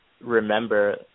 remember